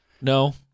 No